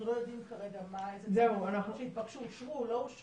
אנחנו לא יודעים כרגע איזה סמכויות שהתבקשו אושרו או לא אושרו,